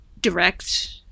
direct